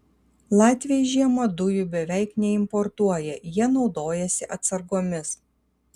latviai žiemą dujų beveik neimportuoja jie naudojasi atsargomis